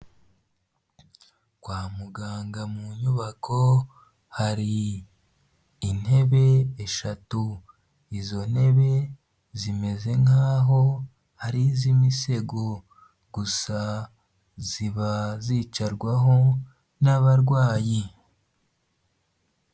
Kwa muganga mu nyubako, hari intebe eshatu. Izo ntebe zimeze nk'aho ari iz'imisego, gusa ziba zicarwaho n'abarwayi.